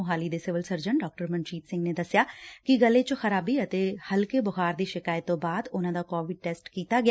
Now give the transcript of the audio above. ਮੁਹਾਲੀ ਦੇ civil surgeon ਡਾ ਮਨਜੀਤ ਸਿੰਘ ਨੇ ਦਸਿਆ ਕਿ ਗਲੇ ਚ ਖ਼ਰਾਬੀ ਅਤੇ ਹਲਕੇ ਬੁਖ਼ਾਰ ਦੀ ਸ਼ਿਕਾਇਤ ਤੋਂ ਬਾਅਦ ਉਨਾਂ ਦਾ ਕੋਵਿਡ ਟੈਸਟ ਕੀਤਾ ਗਿਆ